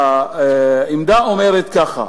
והעמדה אומרת ככה: